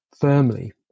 firmly